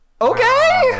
Okay